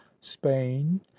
spain